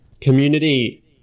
Community